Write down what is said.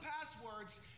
passwords